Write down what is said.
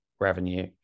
revenue